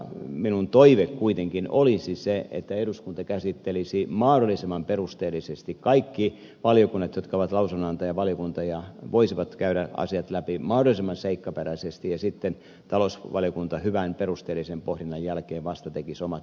minun toiveeni kuitenkin olisi se että eduskunta käsittelisi mahdollisimman perusteellisesti kaikki valiokunnat jotka ovat lausunnonantajavaliokuntia voisivat käydä asiat läpi mahdollisimman seikkaperäisesti ja sitten talousvaliokunta hyvän perusteellisen pohdinnan jälkeen vasta tekisi omat esityksensä